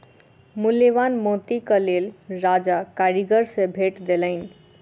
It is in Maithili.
मूल्यवान मोतीक लेल राजा कारीगर के भेट देलैन